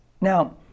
Now